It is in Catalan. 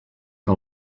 que